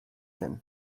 zen